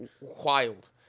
wild